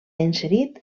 inserit